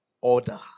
Order